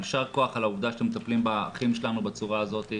יישר כוח על העובדה שאתם מטפלים באחיות ובאחים שלנו בצורה הזאת.